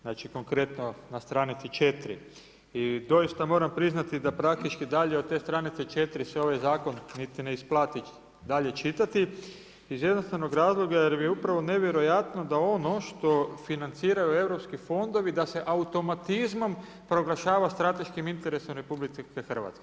Znači konkretno na stranici 4 i doista moram priznati da praktički dalje od te stranice 4 se ovaj zakon niti ne isplati dalje čitati iz jednostavnog razloga jer mi je upravo nevjerojatno da ono što financiraju europski fondovi da se automatizmom proglašava strateškim interesom RH.